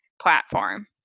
platform